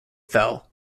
fell